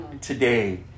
today